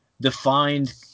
defined